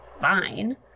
fine